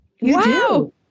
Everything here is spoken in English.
Wow